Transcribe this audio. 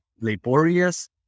laborious